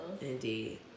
Indeed